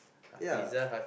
ya